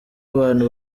abantu